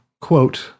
Quote